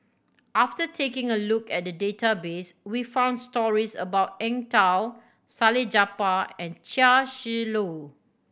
after taking a look at the database we found stories about Eng Tow Salleh Japar and Chia Shi Lu